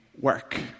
work